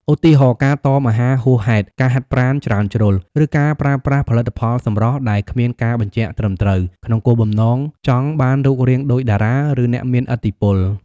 ឧទាហរណ៍ ការតមអាហារហួសហេតុ ការហាត់ប្រាណច្រើនជ្រុល ឬការប្រើប្រាស់ផលិតផលសម្រស់ដែលគ្មានការបញ្ជាក់ត្រឹមត្រូវ ក្នុងគោលបំណងចង់បានរូបរាងដូចតារា ឬអ្នកមានឥទ្ធិពល។